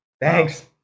Thanks